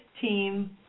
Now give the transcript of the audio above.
team